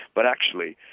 but actually,